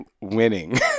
winning